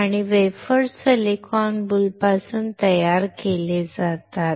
आणि wafers silicon बुलपासून तयार केले जातात